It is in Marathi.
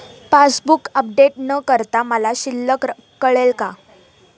पासबूक अपडेट न करता मला शिल्लक कळेल का?